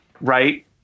right